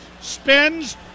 spins